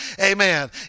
Amen